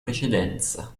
precedenza